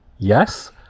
Yes